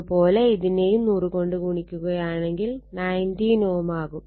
അത് പോലെ ഇതിനെയും 100 കൊണ്ട് ഗുണിക്കുകയാണെങ്കിൽ 19 Ω ആവും